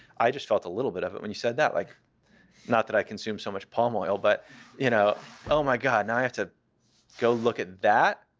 i just felt a little bit of it when you said that. like not that i consume so much palm oil, but you know oh my god, now and i have to go look at that?